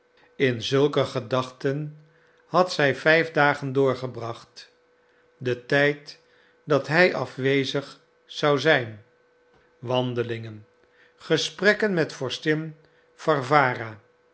in zulke gedachten had zij vijf dagen doorgebracht den tijd dat hij afwezig zou zijn wandelingen gesprekken met